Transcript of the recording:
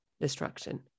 destruction